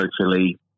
socially